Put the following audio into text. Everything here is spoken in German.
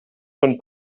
von